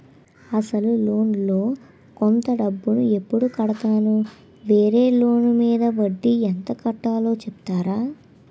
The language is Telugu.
అసలు లోన్ లో కొంత డబ్బు ను ఎప్పుడు కడతాను? వేరే లోన్ మీద వడ్డీ ఎంత కట్తలో చెప్తారా?